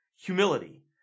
humility